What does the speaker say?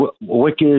wicked